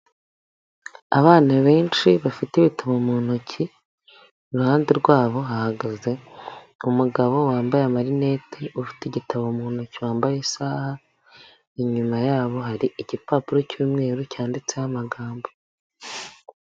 Abana benshi bafite ibitabo mu ntoki, iruhande rwabo bahagaze umugabo wambaye amarinete, ufite igitabo mu ntoki, wambaye isaha, inyuma yabo hari igipapuro cy'umweru cyanditseho amagambo.